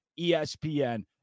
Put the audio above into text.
ESPN